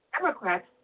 Democrats